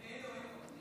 הינה, הינה הוא.